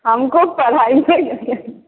हमको पढ़ाई से